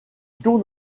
tourne